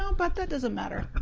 um but that doesn't matter.